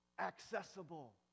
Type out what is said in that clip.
accessible